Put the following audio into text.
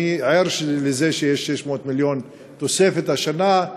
אני ער לזה שיש 600 מיליון תוספת השנה,